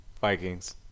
Vikings